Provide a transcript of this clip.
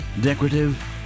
decorative